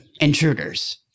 intruders